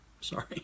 Sorry